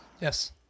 Yes